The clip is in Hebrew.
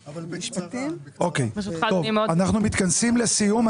(היו"ר אליהו רביבו) אנחנו מתכנסים לסיום.